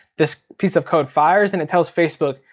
this piece of code fires and it tells facebook,